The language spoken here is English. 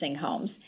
homes